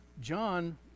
John